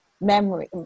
memory